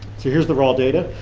so here's the raw date.